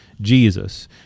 Jesus